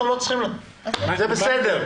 זה בסדר.